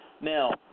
Now